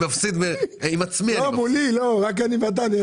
מולי, רק אני ואתה בתחרות.